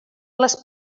les